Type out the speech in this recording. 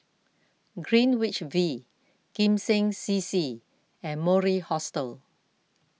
Greenwich V Kim Seng C C and Mori Hostel